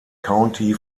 county